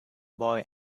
boy